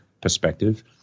perspective